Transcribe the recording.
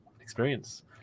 experience